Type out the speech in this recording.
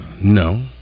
No